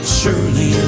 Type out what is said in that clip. surely